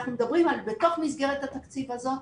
אנחנו מדברים על בתוך מסגרת התקציב הזאת,